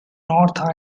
north